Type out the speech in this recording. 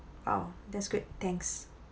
!wow! that's great thanks